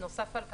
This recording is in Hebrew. נוסף על כך,